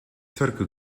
turku